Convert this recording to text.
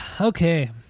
Okay